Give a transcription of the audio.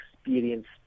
experienced